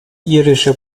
irischer